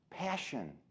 Passion